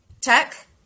tech